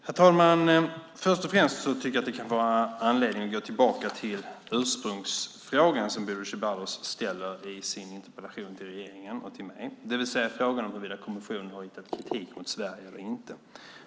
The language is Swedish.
Herr talman! Först och främst tycker jag att det kan finnas anledning att gå tillbaka till ursprungsfrågan som Bodil Ceballos ställer i sin interpellation till regeringen och till mig, det vill säga frågan om huruvida kommissionen har riktat kritik mot Sverige eller inte.